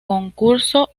concurso